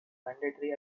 mandatory